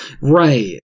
Right